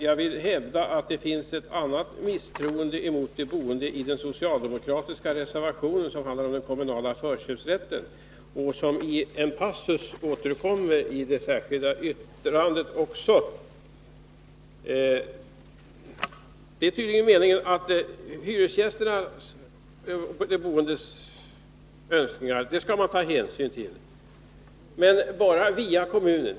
Jag vill hävda att det finns ett annat misstroende mot de boende i den socialdemokratiska reservation som handlar om den kommunala förköpsrätten, ett misstroende som återkommer i en passus i det särskilda yttrandet. Det är tydligen meningen enligt socialdemokraternas uppfattning att man skall ta hänsyn till de boendes, hyresgästernas, önskningar, men via kommunen.